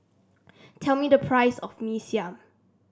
tell me the price of Mee Siam